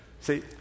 See